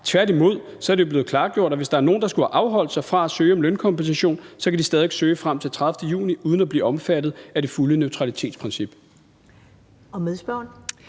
Tværtimod er det jo blevet klargjort, at hvis der er nogen, der skulle have afholdt sig fra at søge om lønkompensation, så kan de stadig væk søge frem til den 30. juni uden at blive omfattet af det fulde neutralitetsprincip. Kl.